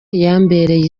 yambereye